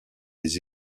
des